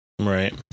Right